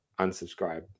unsubscribe